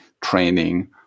training